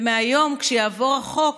ומהיום, כשיעבור החוק,